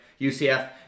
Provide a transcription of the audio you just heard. UCF